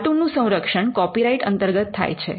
cartoon નું સંરક્ષણ copyright અંતર્ગત થાય છે